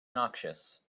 noxious